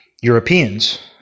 Europeans